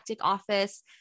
office